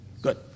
Good